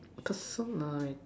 person like